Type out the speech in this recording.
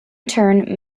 turn